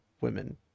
women